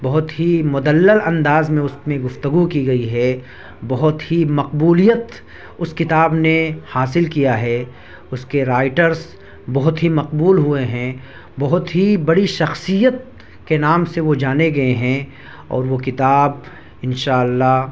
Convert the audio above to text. بہت ہی مدلل انداز میں اس میں گفتگو کی گئی ہے بہت ہی مقبولیت اس کتاب نے حاصل کیا ہے اس کے رائٹرس بہت ہی مقبول ہوئے ہیں بہت ہی بڑی شخصیت کے نام سے وہ جانے گئے ہیں اور وہ کتاب ان شاء اللہ